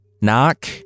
knock